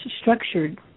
structured